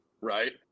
Right